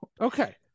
Okay